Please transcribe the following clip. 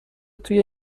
توی